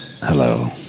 Hello